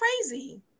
crazy